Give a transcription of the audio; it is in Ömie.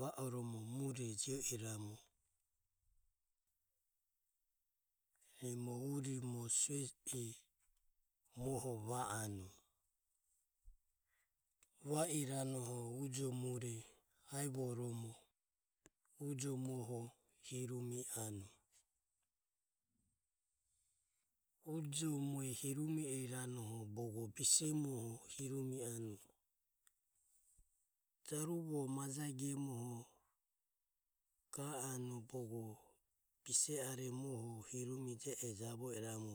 Va oromo mure jio iramu nimo urimo su e muoho va anue, va iranoho ujo mure ivoromo ujomuoho hirumi anue ujo mue hirumi iranoho bogo bise muoho hirumi anue. Jaruvo majae gemu ga anue bogo bise are muoho hirumi je e javo iramu